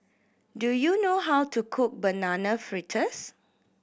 do you know how to cook Banana Fritters